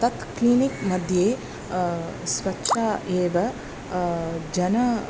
तत् क्लिनिक् मध्ये स्वच्छ एव जन